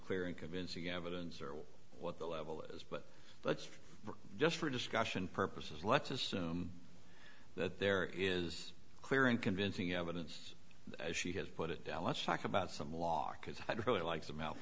clear and convincing evidence or what the level is but let's just for discussion purposes let's assume that there is clear and convincing evidence as she has put it down let's talk about some law because i'd really like them out